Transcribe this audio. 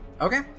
Okay